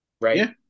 right